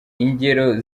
ingero